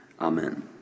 Amen